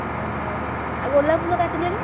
ହଁ ହଉ ଆଉ ଗୋଲାପ ଫୁଲ କାଟିଲେନି